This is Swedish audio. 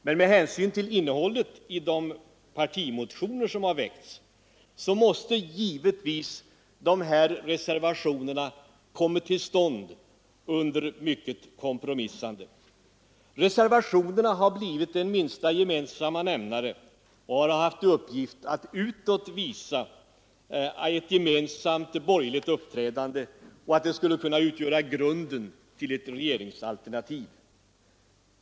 Men av innehållet i de partimotioner som har väckts kan man dra slutsatsen att dessa reservationer kommit till stånd under mycket kompromissande. Reservationerna har blivit en minsta gemensam nämnare och har haft till uppgift att utåt visa ett gemensamt borgerligt uppträdande, som skulle kunna utgöra grunden för ett regeringsalternativ.